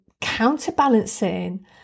counterbalancing